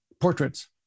portraits